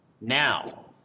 now